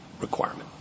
requirement